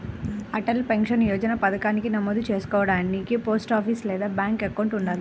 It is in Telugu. అటల్ పెన్షన్ యోజన పథకానికి నమోదు చేసుకోడానికి పోస్టాఫీస్ లేదా బ్యాంక్ అకౌంట్ ఉండాలి